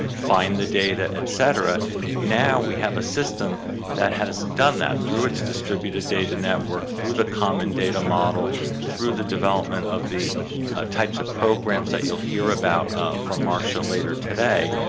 find the data, et cetera now we have a system that has done that. through its distributed data network through the common data model through the development of the ah types of programs that you'll hear about from marsha later today,